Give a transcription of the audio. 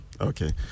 Okay